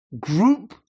group